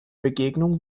begegnung